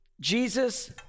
Jesus